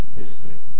history